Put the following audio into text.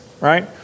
right